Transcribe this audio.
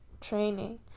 training